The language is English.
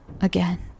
again